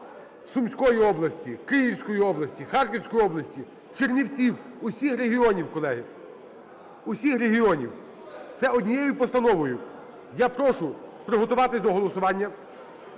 Сумської області, Київської області, Харківської області, Чернівців. Усіх регіонів, колеги, усіх регіонів. Це однією постановою. Я прошу приготуватись до голосування.